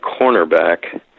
cornerback